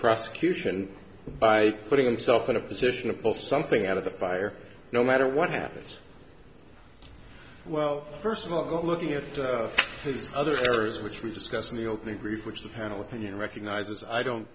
prosecution by putting himself in a position of pull something out of the fire no matter what happens well first of all looking at his other areas which we discussed in the open agreed which the panel opinion recognizes i don't